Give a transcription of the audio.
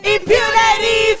Impunity